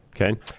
Okay